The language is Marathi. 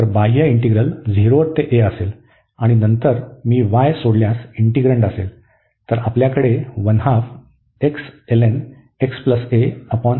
तर बाह्य इंटीग्रल 0 ते a असेल आणि नंतर मी y सोडल्यास इंटिग्रेन्ड असेल